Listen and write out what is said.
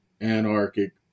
anarchic